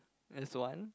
that's one